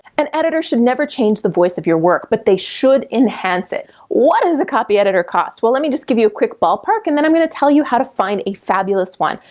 an editor should never change the voice of your work but they should enhance it. what does a copy editor cost? well, let me just give you a quick ballpark and then i'm gonna tell you how to find a fabulous one.